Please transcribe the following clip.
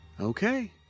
Okay